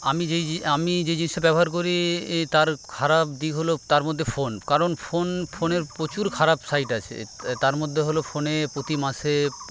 আমি যে আমি যে জিনিসটা ব্যবহার করি তার খারাপ দিক হলো তার মধ্যে ফোন কারণ ফোন ফোনের প্রচুর খারাপ সাইড আছে তার মধ্যে হলো ফোনে প্রতিমাসে